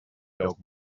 lloc